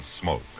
smoke